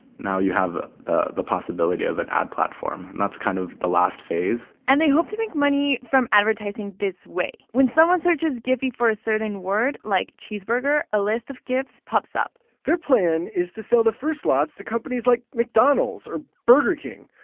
now you have the the possibility of an ad platform. and that's kind of the last phase and they hope to make money from advertising this way. when someone searches giphy for a certain word like cheeseburger, a list of gifs pops up their plan is to sell the first lots to companies like mcdonald's or burger king.